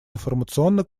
информационно